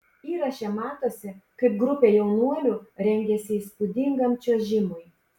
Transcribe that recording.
įraše matosi kaip grupė jaunuolių rengiasi įspūdingam čiuožimui